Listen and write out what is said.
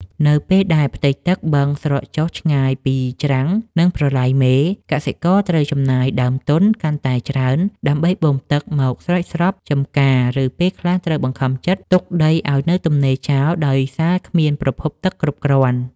នៅពេលដែលផ្ទៃទឹកបឹងស្រកចុះឆ្ងាយពីច្រាំង និងប្រឡាយមេ កសិករត្រូវចំណាយដើមទុនកាន់តែច្រើនដើម្បីបូមទឹកមកស្រោចស្រពស្រែចម្ការ ឬពេលខ្លះត្រូវបង្ខំចិត្តទុកដីឱ្យនៅទំនេរចោលដោយសារគ្មានប្រភពទឹកគ្រប់គ្រាន់។